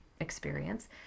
experience